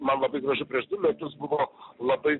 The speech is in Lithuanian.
man labai gražu prieš du metus buvo labai